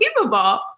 unbelievable